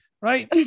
Right